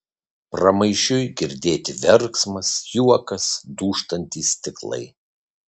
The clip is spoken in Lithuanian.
pramaišiui girdėti verksmas juokas dūžtantys stiklai